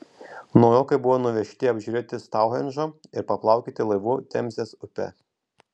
naujokai buvo nuvežti apžiūrėti stounhendžo ir paplaukioti laivu temzės upe